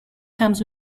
comes